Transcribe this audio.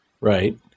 Right